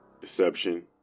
deception